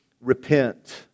repent